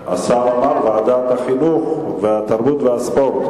השר אמר ועדת החינוך, התרבות והספורט,